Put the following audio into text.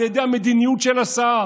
על ידי המדיניות של השר.